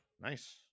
Nice